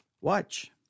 Watch